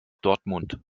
dortmund